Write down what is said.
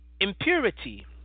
impurity